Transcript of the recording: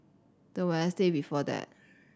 the Wednesday before that